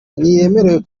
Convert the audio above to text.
ntiyemerewe